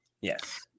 Yes